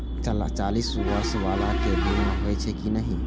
चालीस बर्ष बाला के बीमा होई छै कि नहिं?